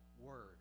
word